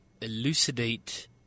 elucidate